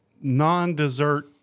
Non-dessert